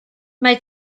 mae